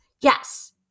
Yes